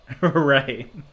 Right